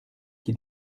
qui